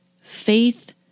faith